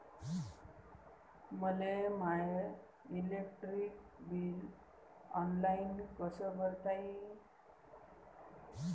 मले my electric bill online कस भरता येईन?